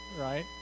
right